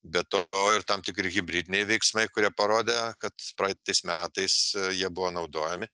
be to ir tam tikri hibridiniai veiksmai kurie parodė kad praeitais metais jie buvo naudojami